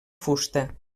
fusta